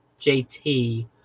JT